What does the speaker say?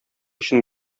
өчен